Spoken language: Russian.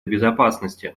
безопасности